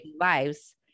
lives